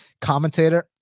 commentator